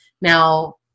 Now